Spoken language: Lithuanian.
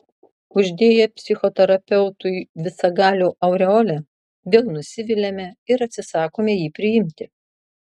uždėję psichoterapeutui visagalio aureolę vėl nusiviliame ir atsisakome jį priimti